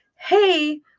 hey